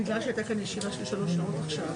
אנחנו נתחיל אולי קודם כל באמת במשרד התרבות הספורט,